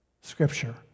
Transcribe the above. scripture